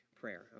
prayer